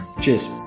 Cheers